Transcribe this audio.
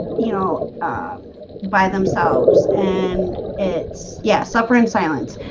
you know um by themselves and it's yeah suffer in silence